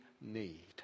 need